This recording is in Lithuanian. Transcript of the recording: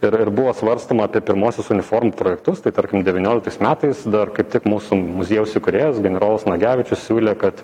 ir ir buvo svarstoma apie pirmuosius uniformų projektus tai tarkim devynioliktais metais dar kaip tik mūsų muziejaus įkūrėjas generolas nagevičius siūlė kad